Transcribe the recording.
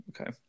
okay